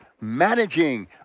managing